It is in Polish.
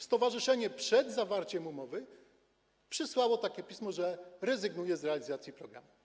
Stowarzyszenie przed zawarciem umowy przysłało pismo, że rezygnuje z realizacji programu.